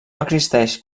existeix